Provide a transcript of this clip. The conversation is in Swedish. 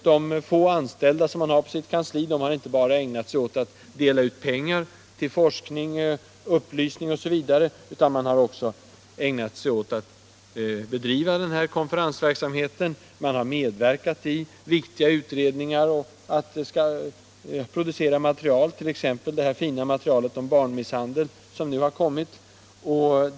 De tå anställda på kansliet har inte bara ägnat sig åt att dela ut pengar till forskning och upplysning m.m., utan de har också bedrivit konferensverksamhet, medverkat i viktiga utredningar och producerat en hel del materiel, t.ex. det fina materielet om barnmisshandel som nu har kommit.